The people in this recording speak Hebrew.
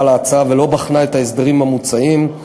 עליה ולא בחנה את ההסדרים המוצעים בה.